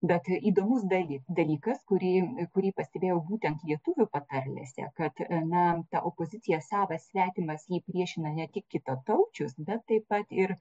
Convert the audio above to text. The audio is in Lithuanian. bet įdomus dali dalykas kurį kurį pastebėjau būtent lietuvių patarlėse kad na ta opozicija savas svetimas ji prieš ne tik kitataučius bet taip pat ir